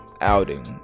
outing